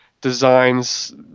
designs